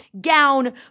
gown